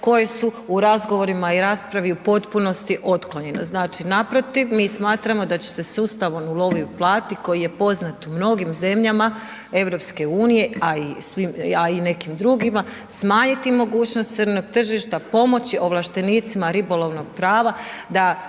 koje su u razgovorima i raspravi u potpunosti otklonjeno. Znači naprotiv mi smatramo da će se sustavom ulovi i uplati koji je poznat u mnogim zemljama EU a i nekim drugima smanjiti mogućnost crnog tržišta, pomoći ovlaštenicima ribolovnog prava da